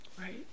Right